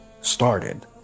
started